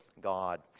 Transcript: God